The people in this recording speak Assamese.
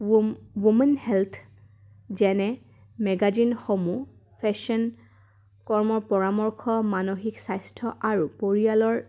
ৱমেন হেল্থ যেনে মেগাজিনসমূহ ফেশ্বন কৰ্মৰ পৰামৰ্শ মানসিক স্বাস্থ্য আৰু পৰিয়ালৰ